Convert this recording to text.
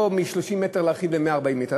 לא מ-30 מטר להרחיב ל-140 מטר.